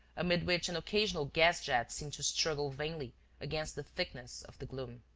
amid which an occasional gas-jet seemed to struggle vainly against the thickness of the gloom.